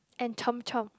and Chomp Chomp